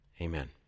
Amen